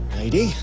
Lady